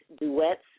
Duets